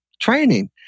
training